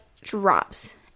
drops